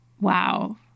Wow